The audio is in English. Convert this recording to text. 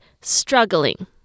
struggling